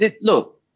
Look